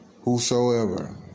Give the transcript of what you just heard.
Whosoever